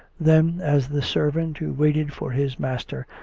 then, as the servant who waited for his master,